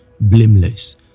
blameless